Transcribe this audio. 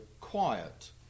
quiet